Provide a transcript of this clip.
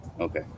Okay